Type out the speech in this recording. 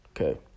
okay